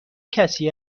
کسی